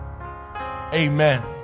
Amen